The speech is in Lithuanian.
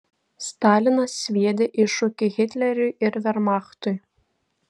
stalinas sviedė iššūkį hitleriui ir vermachtui